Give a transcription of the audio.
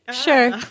Sure